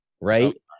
right